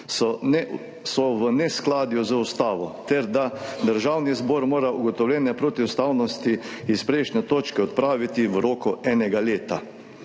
v neskladju z ustavo ter da mora Državni zbor ugotovljene protiustavnosti iz prejšnje točke odpraviti v roku enega leta.